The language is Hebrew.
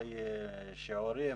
אולי שיעורים,